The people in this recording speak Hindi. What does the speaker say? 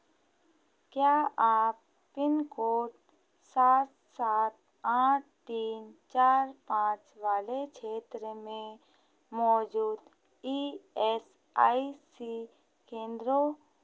क्या आप पिन कोड सात सात आठ तीन चार पाँच वाले क्षेत्र में मौजूद ई एस आई सी केंद्रों